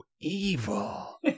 evil